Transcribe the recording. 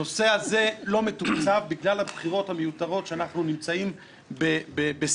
הנושא הזה לא מתוקצב בגלל הבחירות המיותרות שאנחנו נמצאים בשיאן.